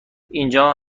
اینجا